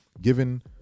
given